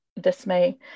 dismay